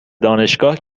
دانشگاه